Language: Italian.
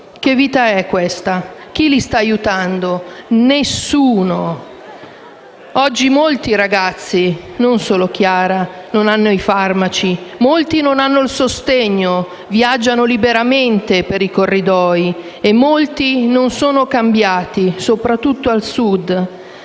Che vita è questa? Chi li sta aiutando? Nessuno! Oggi sono molti i ragazzi - non solo Chiara - che non hanno i farmaci, molti non hanno l'insegnante di sostegno e viaggiano liberamente per i corridoi e molti non vengono cambiati, soprattutto al Sud.